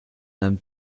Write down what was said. nahm